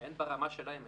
הן ברמה שלהן,